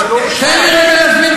אבל תנו לי להשיב,